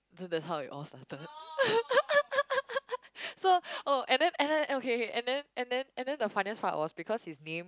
that's how it all started so oh and then and and and okay okay okay and then and then and then the funniest part was because his name